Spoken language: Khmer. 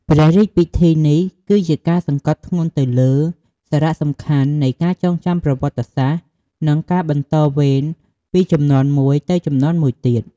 ព្រះរាជពិធីនេះគឺជាការសង្កត់ធ្ងន់ទៅលើសារៈសំខាន់នៃការចងចាំប្រវត្តិសាស្រ្ត និងការបន្តវេនពីជំនាន់មួយទៅជំនាន់មួយទៀត។